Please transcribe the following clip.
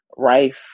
rife